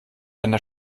einer